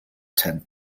tend